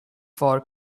for